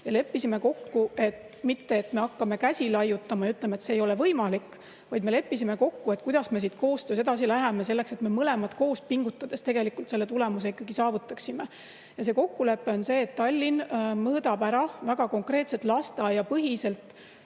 Leppisime kokku mitte seda, et me hakkame käsi laiutama ja ütlema, et see ei ole võimalik, vaid me leppisime kokku, kuidas me koostöös edasi läheme, selleks et me mõlemad koos pingutades tegelikult selle tulemuse ikkagi saavutaksime. Ja see kokkulepe on selline, et Tallinn mõõdab ära väga konkreetselt, lasteaiapõhiselt,